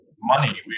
money